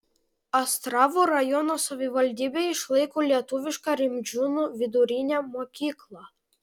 astravo rajono savivaldybė išlaiko lietuvišką rimdžiūnų vidurinę mokyklą